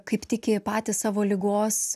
kaip tiki patys savo ligos